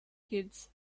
kids